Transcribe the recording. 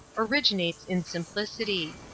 originates in simplicity.